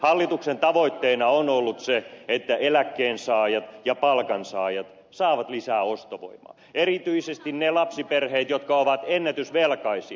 hallituksen tavoitteena on ollut se että eläkkeensaajat ja palkansaajat saavat lisää ostovoimaa erityisesti ne lapsiperheet jotka ovat ennätysvelkaisia